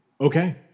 Okay